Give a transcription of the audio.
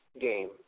game